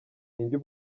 njye